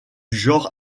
genre